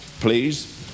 Please